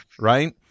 right